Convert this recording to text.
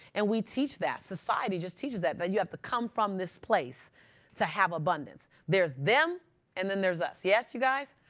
and we teach that. society just teaches that, that you have to come from this place to have abundance. there's them and then there's us. yes, you guys?